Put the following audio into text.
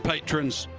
patrons,